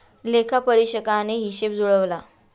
लेखापरीक्षकाने हिशेब जुळवला